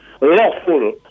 lawful